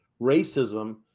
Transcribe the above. racism